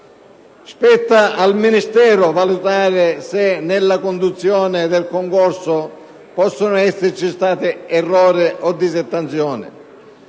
Spetta al Ministero valutare se nella conduzione del concorso possano esserci stati errori o disattenzioni.